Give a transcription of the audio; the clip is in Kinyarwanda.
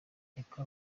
reka